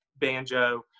banjo